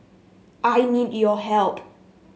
I need your help